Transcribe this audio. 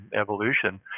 evolution